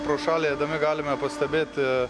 pro šalį eidami galime pastebėti